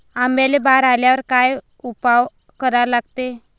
आंब्याले बार आल्यावर काय उपाव करा लागते?